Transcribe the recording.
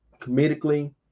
comedically